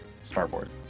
Starboard